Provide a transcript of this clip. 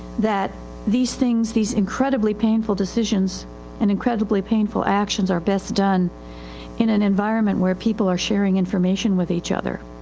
that these things, these incredibly painful decisions and incredibly painful actions are best done in an environment where people are sharing information with each other.